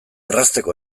errazteko